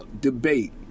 debate